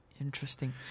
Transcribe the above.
Interesting